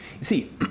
See